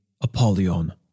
Apollyon